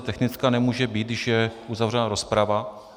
Technická nemůže být, když je uzavřena rozprava.